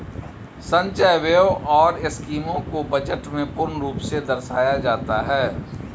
संचय व्यय और स्कीमों को बजट में पूर्ण रूप से दर्शाया जाता है